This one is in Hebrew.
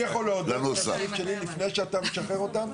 אני יכול להודות לפני שאתה משחרר אותם?